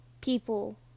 people